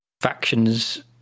factions